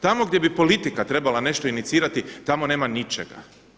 Tamo gdje bi politika trebala nešto inicirati tamo nema ničega.